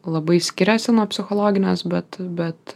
labai skiriasi nuo psichologinės bet bet